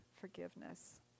forgiveness